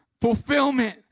fulfillment